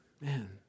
Man